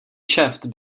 kšeft